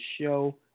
show